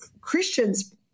Christians